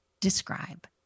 describe